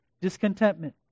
discontentment